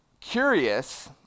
curious